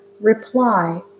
reply